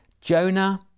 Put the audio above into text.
Jonah